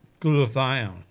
glutathione